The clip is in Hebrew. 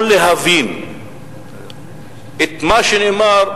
יכול להבין את מה שנאמר: